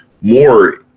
more